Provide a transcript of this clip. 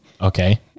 okay